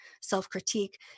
self-critique